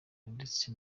ndetse